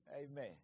Amen